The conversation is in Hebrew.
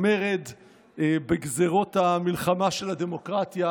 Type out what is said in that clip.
המרד בגזרות המלחמה של הדמוקרטיה,